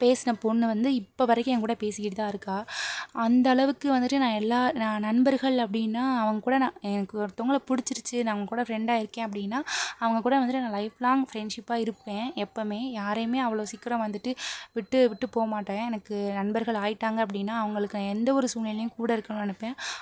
பேசின பொண்ணு வந்து இப்போ வரைக்கும் என்கூட பேசிக்கிட்டுதான் இருக்காள் அந்தளவுக்கு வந்துட்டு நான் எல்லா ந நண்பர்கள் அப்படின்னா அவங்ககூட நான் எனக்கு ஒருத்தங்கள பிடிச்சிருச்சி நான் அவங்ககூட ஃப்ரெண்டாக இருக்கேன் அப்படின்னா அவங்ககூட வந்துட்டு நான் லைஃப் லாங் ஃப்ரெண்ட்ஷிப்பாக இருப்பேன் எப்பவுமே யாரையுமே அவ்வளோ சீக்கிரம் வந்துட்டு விட்டு விட்டு போக மாட்டேன் எனக்கு நண்பர்கள் ஆகிட்டாங்க அப்படின்னா அவங்களுக்கு நான் எந்தவொரு சூழ்நிலையும் கூட இருக்கணும்னு நினப்பேன்